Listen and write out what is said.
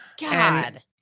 God